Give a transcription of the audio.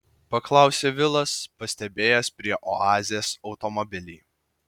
paklausė vilas pastebėjęs prie oazės automobilį